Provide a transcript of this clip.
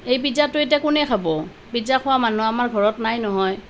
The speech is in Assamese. এই পিজ্জাটো এতিয়া কোনে খাব পিজ্জা খোৱা মানুহ আমাৰ ঘৰত নহয়